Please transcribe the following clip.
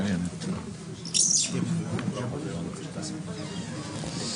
אנחנו חזרנו מההתייעצות הסיעתית.